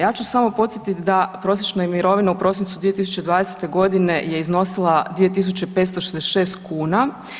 Ja ću samo podsjetit da prosječna mirovina u prosincu 2020.g. je iznosila 2.566 kuna.